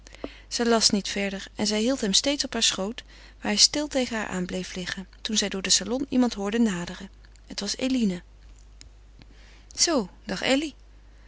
zij las niet verder en zij hield hem steeds op haar schoot waar hij stil tegen haar aan bleef liggen toen zij door den salon iemand hoorde naderen het was eline zoo dag elly